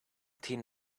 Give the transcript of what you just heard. tin